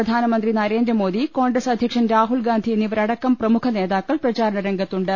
പ്രധാനമന്ത്രി നരേന്ദ്രമോദി കോൺഗ്രസ് അധ്യക്ഷൻ രാഹുൽഗാന്ധി എന്നിവരടക്കം പ്രമുഖ നേതാക്കൾ പ്രചാരണ രംഗത്തുണ്ട്